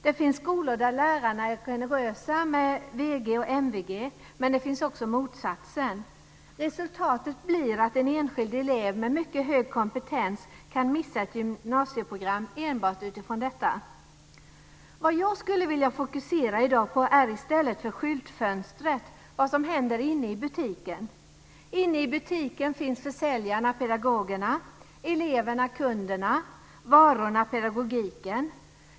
Det finns skolor där lärarna är generösa med VG och MVG, men det finns också motsatsen. Resultatet blir att en enskild elev med mycket hög kompetens kan missa ett gymnasieprogram enbart utifrån detta. Vad jag skulle vilja fokusera i dag på är i stället för skyltfönstret vad som händer inne i butiken. Inne i butiken finns försäljarna-pedagogerna, elevernakunderna, varorna-pedagogiken.